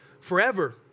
forever